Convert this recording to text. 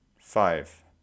Five